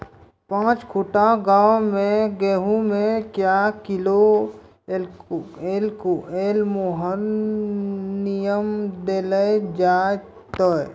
पाँच कट्ठा गांव मे गेहूँ मे क्या किलो एल्मुनियम देले जाय तो?